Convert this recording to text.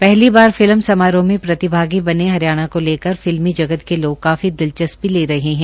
पहली बात फिल्म समारोह में प्रतिभागी बने हरियाणा को लेकर फिल्मी जगत के लोग काफी दिलचस्पी ले रहे है